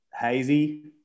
Hazy